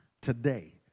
today